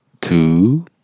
Two